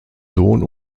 sohn